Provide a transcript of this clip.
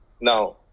Now